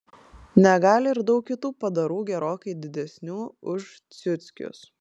negali ir daug kitų padarų gerokai didesnių už ciuckius